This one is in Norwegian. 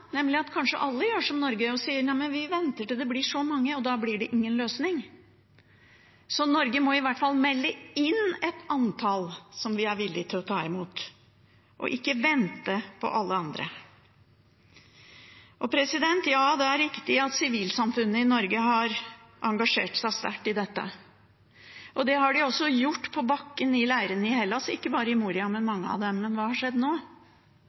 nemlig at kanskje alle gjør som Norge og sier: Nei, vi venter til det blir så mange. Da blir det ingen løsning. Norge må i hvert fall melde inn et antall som vi er villig til å ta imot, og ikke vente på alle andre. Ja, det er riktig at sivilsamfunnet i Norge har engasjert seg sterkt i dette, og det har de også gjort på bakken i leirene i Hellas – ikke bare i Moria, men i mange av dem. Men hva har skjedd nå?